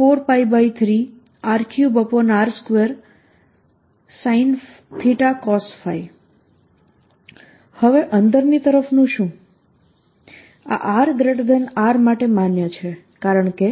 આ r R માટે માન્ય છે કારણકે